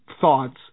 thoughts